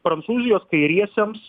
prancūzijos kairiesiems